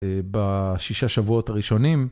בשישה שבועות הראשונים.